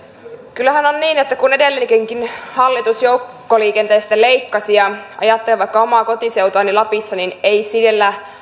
kyllähän on niin että kun edellinenkin hallitus joukkoliikenteestä leikkasi ajattelen vaikka omaa kotiseutuani lapissa niin ei siellä